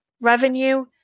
revenue